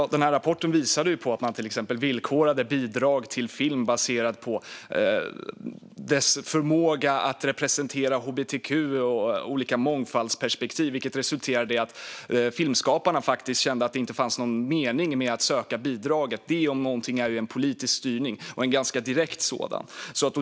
Fru talman! Rapporten visade att man till exempel villkorade bidrag till film baserat på filmens förmåga att representera hbtq och olika mångfaldsperspektiv, vilket resulterade i att filmskaparna kände att det inte fanns någon mening med att söka bidrag. Detta om något är ju politisk styrning och en ganska direkt sådan.